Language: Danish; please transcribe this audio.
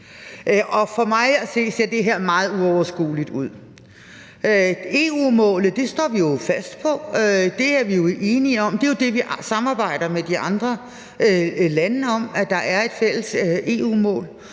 at se ser det her meget uoverskueligt ud. EU-målet står vi jo fast på. Det er vi jo enige om. Det er jo det, vi samarbejder med de andre lande om; der er et fælles EU-mål.